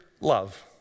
love